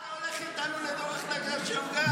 אתה הולך איתנו לוועדת שמגר?